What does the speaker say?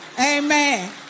Amen